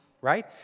Right